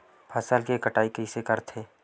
फसल के कटाई कइसे करथे?